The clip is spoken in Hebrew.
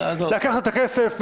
לקחתם את הכסף.